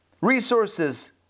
Resources